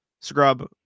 Scrub